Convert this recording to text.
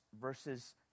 versus